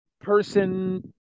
person